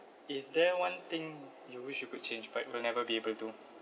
is there one thing you wish you could change but will never be able to